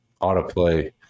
autoplay